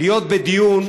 להיות בדיון,